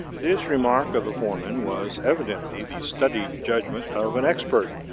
this remark of the foreman was evidently the studied judgment of an expert.